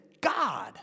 God